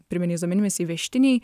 pirminiais duomenimis įvežtiniai